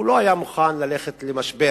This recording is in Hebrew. הוא לא היה מוכן ללכת למשבר,